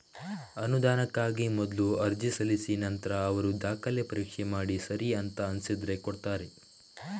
ಅನುದಾನಕ್ಕಾಗಿ ಮೊದ್ಲು ಅರ್ಜಿ ಸಲ್ಲಿಸಿ ನಂತ್ರ ಅವ್ರು ದಾಖಲೆ ಪರೀಕ್ಷೆ ಮಾಡಿ ಸರಿ ಅಂತ ಅನ್ಸಿದ್ರೆ ಕೊಡ್ತಾರೆ